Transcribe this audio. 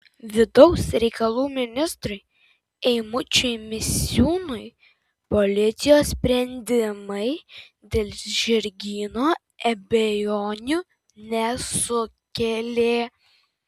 vidaus reikalų ministrui eimučiui misiūnui policijos sprendimai dėl žirgyno abejonių nesukėlė